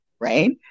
right